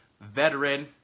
veteran